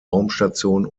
raumstation